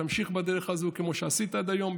תמשיך בדרך הזו כמו שעשית עד היום,